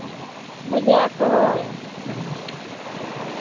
ᱵᱩᱡᱷᱟᱹᱣᱟᱠᱚ ᱦᱳᱭ